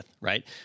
right